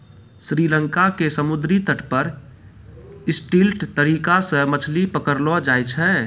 श्री लंका के समुद्री तट पर स्टिल्ट तरीका सॅ मछली पकड़लो जाय छै